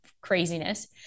craziness